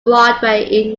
broadway